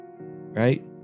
right